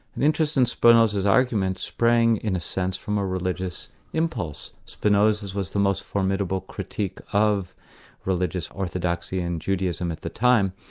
an interest in spinoza's arguments sprang, in a sense, from a religious impulse. spinoza's was the most formidable critique of religious orthodoxy and judaism at the time.